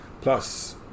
Plus